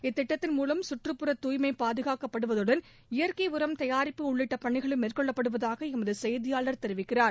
இத்திட்டத்தின் மூலம் கற்றுப்புறத் துய்மை பாதுகாக்கப்படுவதுடன் இயற்கை உரம் தயாரிப்பு உள்ளிட்ட பணிகளும் மேற்கொள்ளப்படுவதாக எமது செய்தியாளர் தெரிவிக்கிறார்